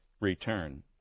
return